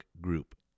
group